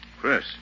Chris